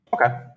okay